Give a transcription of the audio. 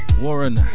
Warren